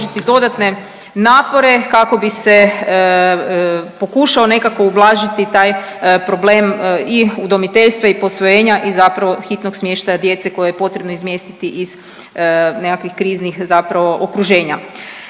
dodatne napore kako bi se pokušao nekako ublažiti taj problem i udomiteljstva i posvojenja i zapravo hitnog smještaja djece koje je potrebno izmjestiti iz nekakvih kriznih zapravo okruženja.